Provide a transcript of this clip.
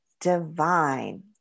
divine